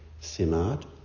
Simard